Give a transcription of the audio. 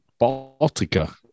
Baltica